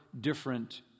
different